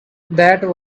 that